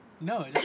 No